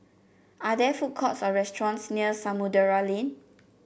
are there food courts or restaurants near Samudera Lane